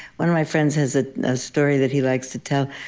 one of my friends has a story that he likes to tell,